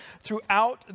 throughout